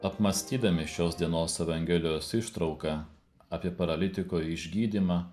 apmąstydami šios dienos evangelijos ištrauką apie paralitiko išgydymą